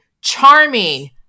charming